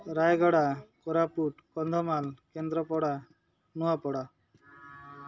Rayagada Koraput Kandhamal Kendrapara Nuapada